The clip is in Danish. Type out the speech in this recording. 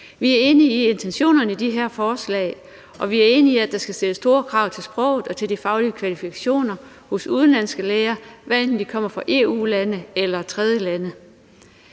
Vi er enige i intentionerne i de her forslag, og vi er enige i, at der skal stilles store krav til sproget og til de faglige kvalifikationer hos udenlandske læger, hvad enten de kommer fra EU-lande eller tredjelande.